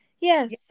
Yes